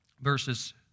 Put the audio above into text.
verses